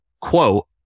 quote